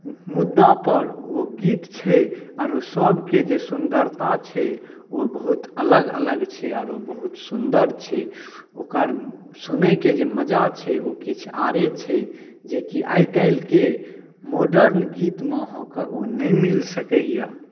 मुद्दापर ओ गीत छै आओर सबके जे सुन्दरता छै ओ बहुत अलग अलग छै आओर ओ बहुत सुन्दर छै ओकर सुनैके जे मजा छै ओ किछु आओर छै जेकि आइकाल्हिके मॉडर्न गीतमे अहाँके ओ नहि मिल सकैए